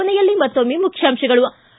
ಕೊನೆಯಲ್ಲಿ ಮತ್ತೊಮ್ಮೆ ಮುಖ್ಯಾಂಶಗಳು ಿ